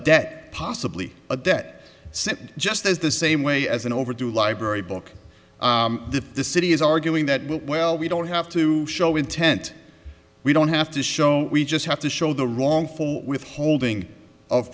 debt possibly a debt just as the same way as an overdue library book the city is arguing that well we don't have to show intent we don't have to show we just have to show the wrongful withholding of